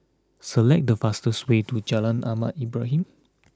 select the fastest way to Jalan Ahmad Ibrahim